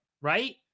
right